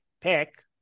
pick